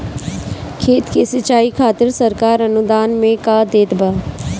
खेत के सिचाई खातिर सरकार अनुदान में का देत बा?